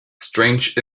strange